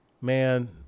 Man